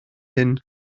hŷn